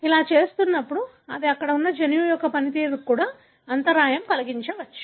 అలా చేస్తున్నప్పుడు అది అక్కడ ఉన్న జన్యువు యొక్క పనితీరుకు కూడా అంతరాయం కలిగించవచ్చు